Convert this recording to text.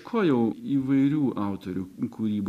ko jau įvairių autorių kūryba